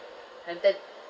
and that